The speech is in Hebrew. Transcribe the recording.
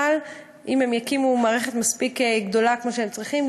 אם הם יקימו מערכת מספיק גדולה כמו שהם צריכים,